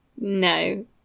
no